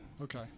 Okay